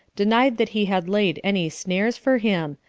denied that he had laid any snares for him,